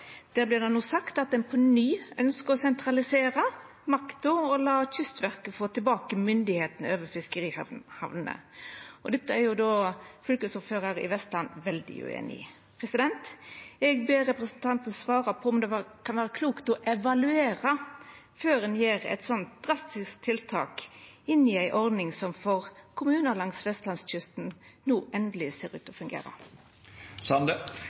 Der vert det no sagt at ein på ny ønskjer å sentralisera makta og la Kystverket få tilbake myndigheita over fiskerihamnene. Dette er fylkesordføraren i Vestland veldig ueinig i. Eg ber representanten svara på om det kan vera klokt å evaluera før ein gjer eit slikt drastisk tiltak mot ei ordning som for kommunar langs vestlandskysten no endeleg ser ut